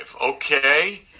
okay